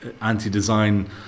anti-design